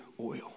oil